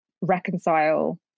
reconcile